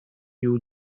you